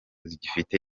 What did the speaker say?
gifite